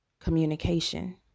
Communication